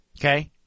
Okay